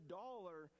dollar